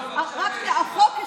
בג"ץ עשה לנו דבר נוראי.